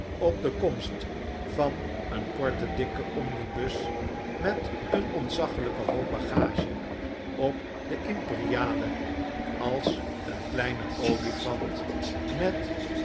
op de komst van een korten dikken omnibus met een ontzaglyken hoop bagage op de imperiale als een kleine olifant met